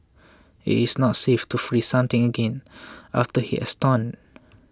it is not safe to freeze something again after it has thawed